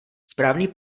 správný